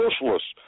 socialists